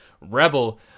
rebel